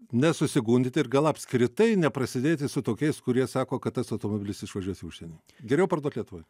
nesusigundyti ir gal apskritai neprasidėti su tokiais kurie sako kad tas automobilis išvažiuos į užsienį geriau parduok lietuvoj